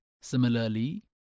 Similarly